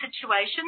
situation